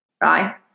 right